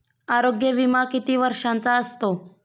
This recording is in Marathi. आरोग्य विमा किती वर्षांचा असतो?